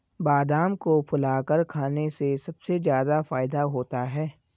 बादाम को फुलाकर खाने से सबसे ज्यादा फ़ायदा होता है